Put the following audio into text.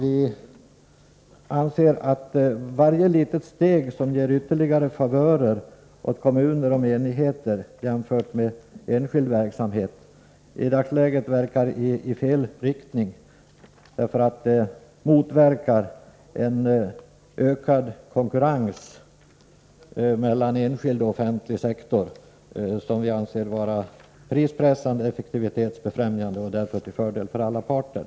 Vi anser att varje litet steg som ger ytterligare favörer åt kommuner och menigheter jämfört med enskild verksamhet i dagsläget verkar i fel riktning, eftersom det motverkar en ökad konkurrens mellan enskild och offentlig sektor, som vi anser vara prispressande och effektivitetsbefrämjande och därför till fördel för alla parter.